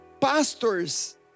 pastors